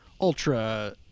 ultra